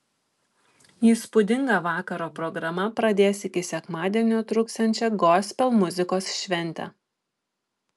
įspūdinga vakaro programa pradės iki sekmadienio truksiančią gospel muzikos šventę